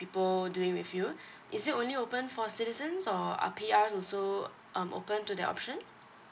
people doing with you is it only open for citizens or are P_R's also um open to the option